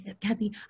Kathy